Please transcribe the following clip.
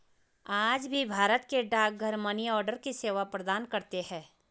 आज भी भारत के डाकघर मनीआर्डर की सेवा प्रदान करते है